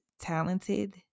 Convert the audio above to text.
talented